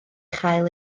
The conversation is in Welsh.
chael